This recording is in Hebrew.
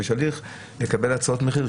ויש הליך לקבל הצעות מחיר,